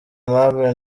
aimable